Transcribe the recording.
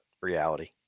reality